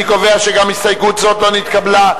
אני קובע שגם ההסתייגות הזאת לא נתקבלה.